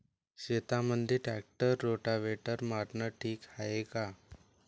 शेतामंदी tractor rotavator मारनं ठीक हाये का?